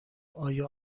آیا